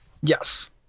Yes